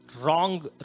wrong